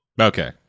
Okay